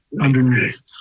underneath